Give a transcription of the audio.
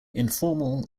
informal